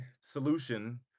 solution